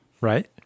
Right